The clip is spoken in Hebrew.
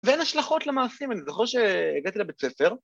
ואין השלכות למעשים, אני זוכר שהגעתי לבית הספר